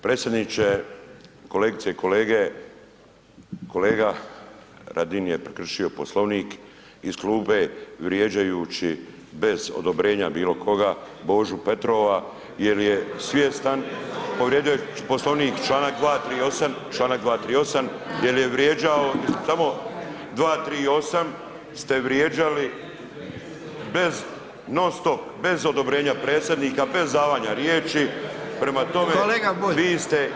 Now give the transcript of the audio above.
Predsjedniče, kolegice i kolege, kolega Radin je prekršio Poslovnik iz klupe vrijeđajući bez odobrenja bilo koga Božu Petrova jer je svjestan, povrijedio je Poslovnik čl. 238., čl. 238 jer je vrijeđao, samo 238. ste vrijeđali bez, non-stop bez odobrenja predsjednika, bez davanja riječi, prema tome, vi ste